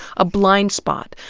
a blind spot,